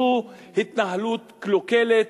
זאת התנהלות קלוקלת,